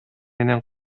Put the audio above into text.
менен